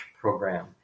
program